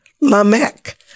Lamech